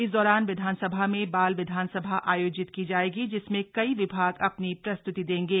इस दौरान विधानसभा में बाल विधानसभा आयोजित की जाएगी जिसमें कई विभाग अ नी प्रस्तुति देंगे